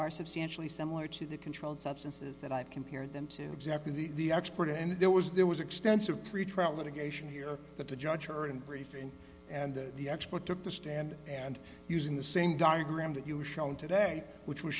are substantially similar to the controlled substances that i have compared them to exactly the expert and there was there was extensive three trial litigation here that the judge heard and briefing and the expert took the stand and using the same diagram that you shown today which was